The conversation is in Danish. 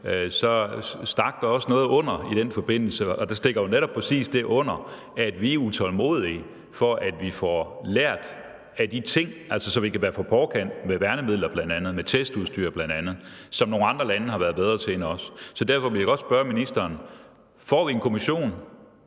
stak der også noget under i den forbindelse. Der stikker jo netop præcis det under, at vi er utålmodige efter, at vi får lært af de ting, altså så vi kan være på forkant med bl.a. værnemidler og testudstyr, hvilket nogle andre lande har været bedre til end os. Så derfor vil jeg godt stille ministeren nogle spørgsmål.